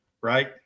right